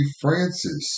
Francis